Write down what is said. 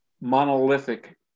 monolithic